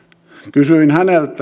kysyin häneltä